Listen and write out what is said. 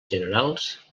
generals